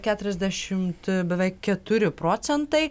keturiasdešimt beveik keturi procentai